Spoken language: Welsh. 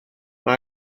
mae